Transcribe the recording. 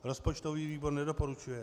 Rozpočtový výbor nedoporučuje.